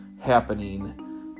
happening